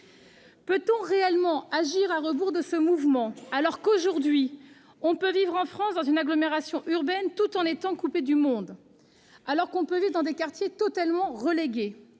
Peut-on réellement vouloir agir à rebours de ce mouvement, alors que, aujourd'hui, on peut vivre en France dans une agglomération urbaine tout en étant coupé du monde, alors qu'on peut vivre dans des quartiers totalement relégués ?